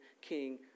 king